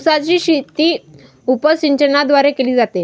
उसाची शेती उपसिंचनाद्वारे केली जाते